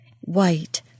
white